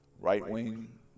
right-wing